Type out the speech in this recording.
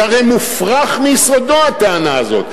זה הרי מופרך מיסודו, הטענה הזאת.